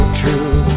true